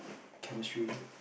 chemistry